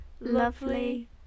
lovely